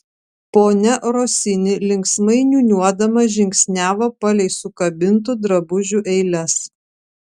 ponia rosini linksmai niūniuodama žingsniavo palei sukabintų drabužių eiles